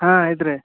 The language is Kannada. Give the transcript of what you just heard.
ಹಾಂ ಐತ್ರಿ